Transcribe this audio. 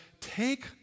take